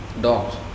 Dogs